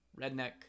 redneck